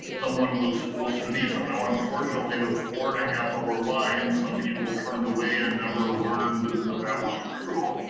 someone was supposed to meet them. now, unfortunately with four and a half hour lines, some turned away and never learned that that was true.